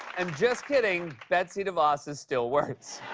am just kidding. betsy devos is still worse.